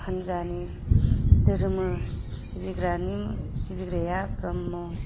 हान्जानि धोरोम सिबिग्रानि सिबिग्राया ब्रह्म